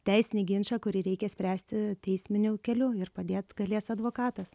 teisinį ginčą kurį reikia spręsti teisminiu keliu ir padėti galės advokatas